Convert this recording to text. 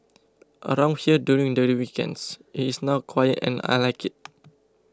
around here during the weekends it is now quiet and I like it